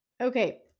Okay